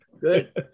good